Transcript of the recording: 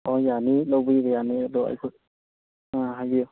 ꯑꯣ ꯌꯥꯅꯤ ꯂꯧꯕꯤꯕ ꯌꯥꯅꯤ ꯑꯗꯣ ꯑꯩꯈꯣꯏ ꯍꯥꯏꯕꯤꯌꯣ